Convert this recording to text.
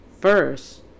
first